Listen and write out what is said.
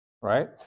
right